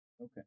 Okay